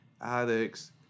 addicts